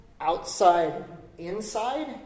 outside-inside